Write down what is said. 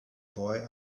boy